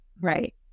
Right